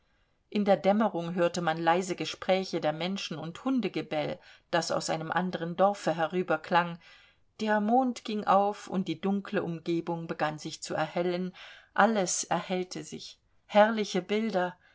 in der dämmerung hörte man leise gespräche der menschen und hundegebell das aus einem anderen dorfe herüberklang der mond ging auf und die dunkle umgebung begann sich zu erhellen alles erhellte sich herrliche bilder